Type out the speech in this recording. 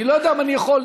אני לא יודע אם אני יכול,